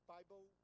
Bible